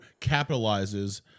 capitalizes